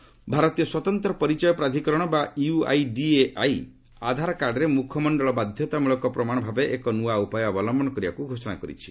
ଆଧାର ଭାରତୀୟ ସ୍ୱତନ୍ତ୍ର ପରିଚୟ ପ୍ରାଧିକରଣ ବା ୟଆଇଡିଏଆଇ ଆଧାରକାର୍ଡ଼ରେ ମୁଖମଶ୍ଚଳ ବାଧ୍ୟତାମୂଳକ ପ୍ରମାଣ ଭାବେ ଏକ ନୂଆ ଉପାୟ ଅବଲମ୍ଭନ କରିବାକୁ ଘୋଷଣା କରିଛି